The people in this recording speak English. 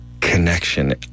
connection